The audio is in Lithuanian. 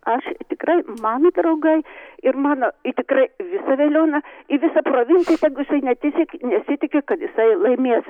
aš tikrai mano draugai ir mano i tikrai visa veliuona i visa provincija tegu jisai net nesi nesitiki kad jisai laimės